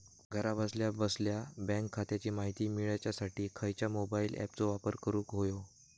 घरा बसल्या बसल्या बँक खात्याची माहिती मिळाच्यासाठी खायच्या मोबाईल ॲपाचो वापर करूक होयो?